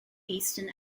eastern